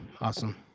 awesome